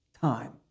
time